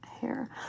hair